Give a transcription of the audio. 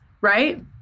right